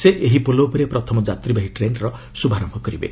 ସେ ଏହି ପୋଲ ଉପରେ ପ୍ରଥମ ଯାତ୍ରୀବାହୀ ଟ୍ରେନର ଶୁଭାରମ୍ଭ କରିବେ